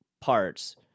parts